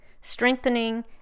strengthening